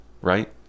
right